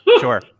Sure